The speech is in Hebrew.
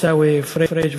עיסאווי פריג',